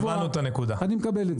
אני מקבל את זה.